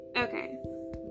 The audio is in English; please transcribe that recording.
okay